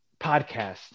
podcast